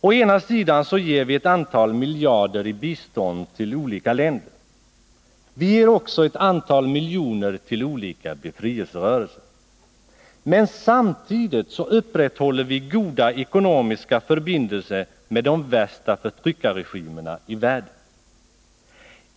Å ena sidan ger vi ett antal miljarder i bistånd till olika länder. Vi ger också ett antal miljoner till olika befrielserörelser. Å andra sidan upprätthåller vi samtidigt goda ekonomiska förbindelser med de värsta förtryckarregimerna i världen.